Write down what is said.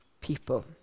people